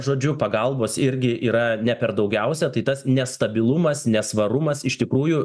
žodžiu pagalbos irgi yra ne per daugiausia tai tas nestabilumas nesvarumas iš tikrųjų